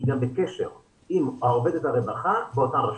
היא גם בקשר עם עובדת הרווחה באותה רשות.